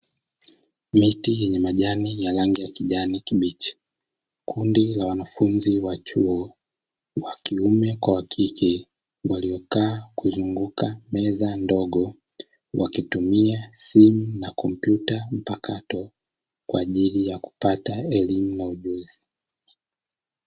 Miti yenye majani ya rangi ya kijani kibichi, kundi la wanafunzi wa chuo wa kiume kwa wa kike waliokaa kuzunguka meza ndogo, wakitumia simu na kompyuta mpakato kwa ajili ya kupata elimu na ujuzi.